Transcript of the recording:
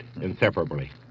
inseparably